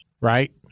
right